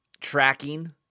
tracking